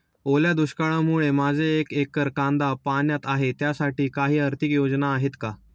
ओल्या दुष्काळामुळे माझे एक एकर कांदा पाण्यात आहे त्यासाठी काही आर्थिक योजना आहेत का?